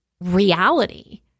reality